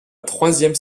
troisième